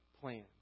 plan